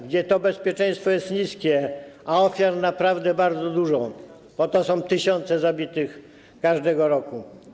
gdzie to poczucie bezpieczeństwa jest niskie, a ofiar naprawdę bardzo dużo, bo to są tysiące zabitych każdego roku.